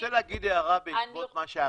אני רוצה להגיד הערה בעקבות מה שהיה.